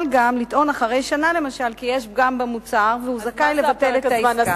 גם לטעון אחרי שנה למשל כי יש פגם במוצר והוא זכאי לבטל את העסקה.